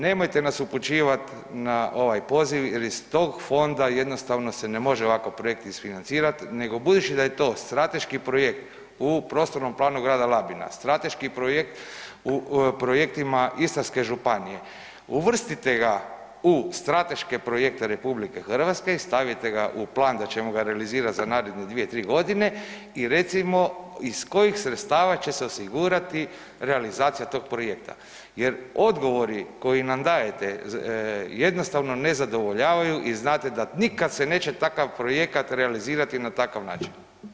Nemojte nas upućivat na ovaj poziv jer iz tog fonda jednostavno se ne može ovakav projekt isfinancirat nego budući da je to strateški projekt u prostornom planu grada Labina, strateški projekt u projektima Istarske županije, uvrstite ga u strateške projekte RH i stavite ga u plan da ćemo ga realizirati za naredne 2-3 godine i recimo iz kojih sredstava će se osigurati realizacije tog projekta jer odgovori koji nam dajete jednostavno ne zadovoljavaju i znate da nikad se neće takav projekat realizira na takav način.